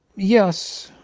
yes,